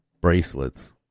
bracelets